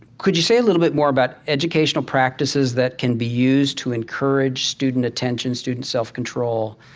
could you say a little bit more about educational practices that can be used to encourage student attention, student self-control,